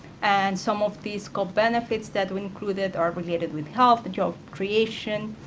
and some of these co-benefits that we included are related with health and job creation,